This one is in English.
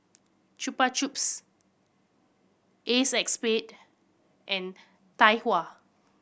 Chupa Chups Acexspade and Tai Hua